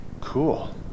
Cool